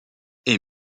est